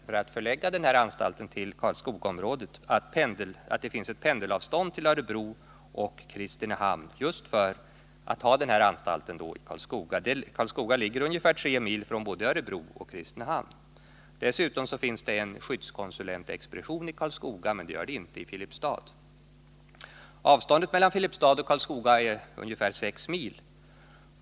För att förlägga den här anstalten till Karlskogaområdet talar, förutom klientunderlaget, det förhållandet att man från Karlskoga har pendelavstånd både till Örebro och till Kristinehamn. Karlskoga ligger ungefär tre mil från både Örebro och Kristinehamn. Dessutom finns det en skyddskonsulentsexpedition i Karlskoga, men det gör det inte i Filipstad. Avståndet mellan Filipstad och Karlskoga är ungefär sex mil.